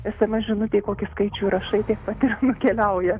esemes žinutei kokį skaičių įrašai tiek pat ir nukeliauja